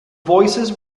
voices